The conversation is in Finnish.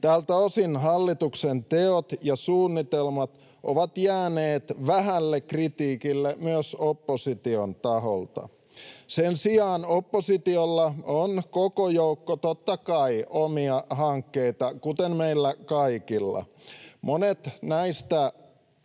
Tältä osin hallituksen teot ja suunnitelmat ovat jääneet vähälle kritiikille myös opposition taholta. Sen sijaan oppositiolla on koko joukko, totta kai, omia hankkeita kuten meillä kaikilla. Monista näistä